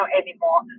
anymore